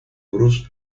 bruce